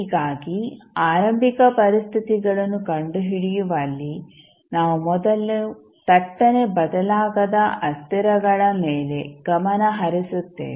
ಹೀಗಾಗಿ ಆರಂಭಿಕ ಪರಿಸ್ಥಿತಿಗಳನ್ನು ಕಂಡುಹಿಡಿಯುವಲ್ಲಿ ನಾವು ಮೊದಲು ಥಟ್ಟನೆ ಬದಲಾಗದ ಅಸ್ಥಿರಗಳ ಮೇಲೆ ಗಮನ ಹರಿಸುತ್ತೇವೆ